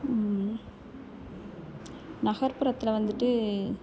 நகர்ப்புறத்தில் வந்துட்டு